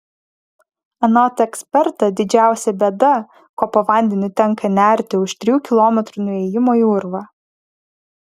anot eksperto didžiausia bėda ko po vandeniu tenka nerti už trijų kilometrų nuo įėjimo į urvą